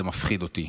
זה מפחיד אותי.